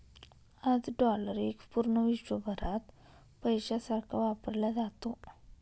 आज डॉलर एक पूर्ण विश्वभरात पैशासारखा वापरला जातो